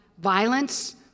violence